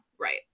Right